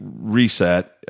reset